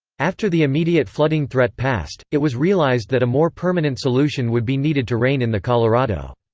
after the immediate flooding threat passed, it was realized that a more permanent solution would be needed to rein in the colorado.